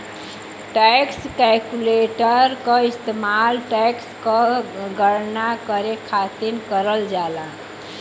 tax calculator क इस्तेमाल tax क गणना करे खातिर करल जाला